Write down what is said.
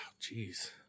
jeez